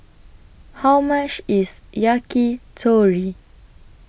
How much IS Yakitori